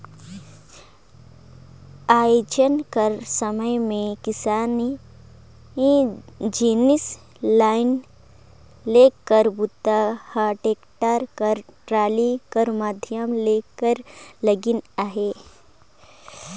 आएज कर समे मे किसानी जिनिस लाने लेगे कर बूता ह टेक्टर कर टराली कर माध्यम ले करे लगिन अहे